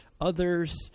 others